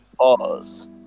Pause